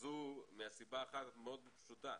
וזה מסיבה אחת יותר פשוטה,